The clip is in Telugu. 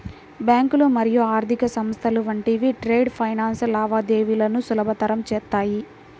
బ్యాంకులు మరియు ఆర్థిక సంస్థలు వంటివి ట్రేడ్ ఫైనాన్స్ లావాదేవీలను సులభతరం చేత్తాయి